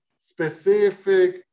specific